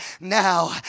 now